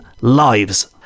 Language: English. lives